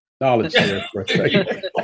Knowledge